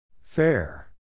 Fair